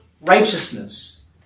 righteousness